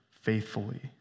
faithfully